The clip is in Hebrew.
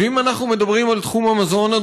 ואם אנחנו מדברים על תחום המזון,